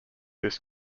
this